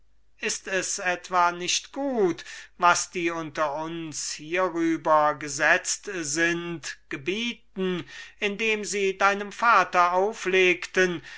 ist es etwa nicht gut was die gesetze unter uns die hierüber festgesetzt sind gebieten indem sie deinem vater auflegten